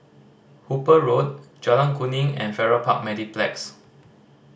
Hooper Road Jalan Kuning and Farrer Park Mediplex